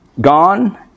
gone